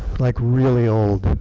like really old.